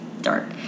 Dark